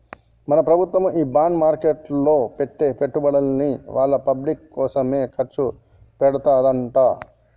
మన ప్రభుత్వము ఈ బాండ్ మార్కెట్లో పెట్టి పెట్టుబడుల్ని వాళ్ళ పబ్లిక్ కోసమే ఖర్చు పెడతదంట